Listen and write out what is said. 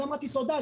אז אמרתי: תודה,